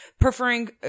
preferring